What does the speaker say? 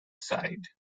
side